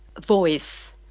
voice